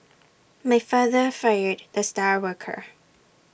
my father fired the star worker